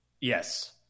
Yes